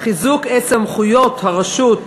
סמכויות הרשות,